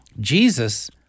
Jesus